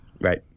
right